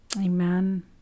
Amen